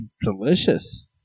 delicious